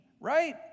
right